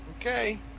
Okay